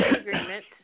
Agreement